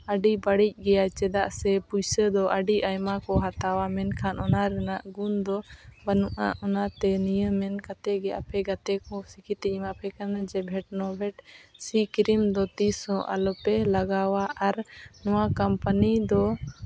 ᱟᱹᱰᱤ ᱵᱟᱹᱲᱤᱡ ᱜᱮᱭᱟ ᱪᱮᱫᱟᱜ ᱥᱮ ᱯᱩᱭᱥᱟᱹ ᱫᱚ ᱟᱹᱰᱤ ᱟᱭᱢᱟ ᱠᱚ ᱦᱟᱛᱟᱣᱟ ᱢᱮᱱᱠᱷᱟᱱ ᱚᱱᱟ ᱨᱮᱱᱟᱜ ᱜᱩᱱ ᱫᱚ ᱵᱟᱹᱱᱩᱜᱼᱟ ᱚᱱᱟᱛᱮ ᱱᱤᱭᱟᱹ ᱢᱮᱱ ᱠᱟᱛᱮᱫ ᱜᱮ ᱟᱯᱮ ᱜᱟᱛᱮ ᱠᱚ ᱥᱤᱠᱠᱷᱤᱛ ᱤᱧ ᱮᱢᱟᱯᱮ ᱠᱟᱱᱟ ᱡᱮ ᱵᱷᱤᱴᱱᱳᱵᱷᱤᱴ ᱥᱤ ᱠᱨᱤᱢ ᱫᱚ ᱛᱤᱥ ᱦᱚᱸ ᱟᱞᱚᱯᱮ ᱞᱟᱜᱟᱣᱟ ᱟᱨ ᱱᱚᱣᱟ ᱠᱳᱢᱯᱟᱱᱤ ᱫᱚ